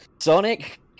Sonic